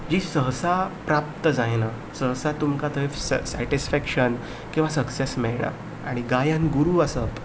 जी सहसा प्राप्त जायना सहसा तुमकां थंय सॅटिसफेक्शन किंवां सक्सेस मेळना आनी गायन गुरू आसप